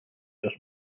just